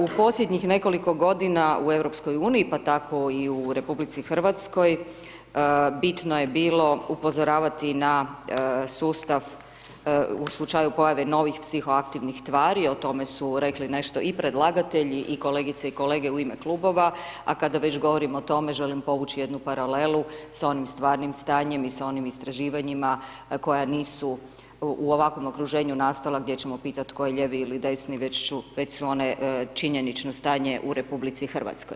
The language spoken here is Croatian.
U posljednjih nekoliko godina u EU pa tako i u RH bitno je bilo upozoravati na sustav u slučaju pojave novih psihoaktivnih tvari, o tome su rekli nešto i predlagatelji i kolegice i kolege u ime klubova, a kada već govorim o tome, želim povući jednu paralelu sa onim stvarnim stanjem i sa onim istraživanjima koja nisam u ovakvom okruženju nastala gdje ćemo pitat tko je lijevi ili desni već su one činjenično stanje u RH.